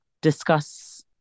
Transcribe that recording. discuss